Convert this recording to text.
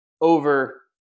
over